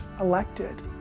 elected